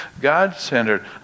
God-centered